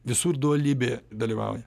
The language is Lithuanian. visur dualybė dalyvauja